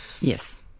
Yes